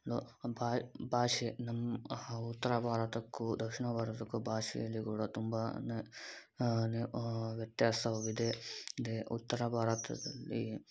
ಭಾ ಭಾಷೆ ನಮ್ಮ ಉತ್ತರ ಭಾರತಕ್ಕೂ ದಕ್ಷಿಣ ಭಾರತಕ್ಕೂ ಭಾಷೆಯಲ್ಲಿ ಕೂಡ ತುಂಬ ವ್ಯತ್ಯಾಸವು ಇದೆ ಇದೆ ಉತ್ತರ ಭಾರತದಲ್ಲಿ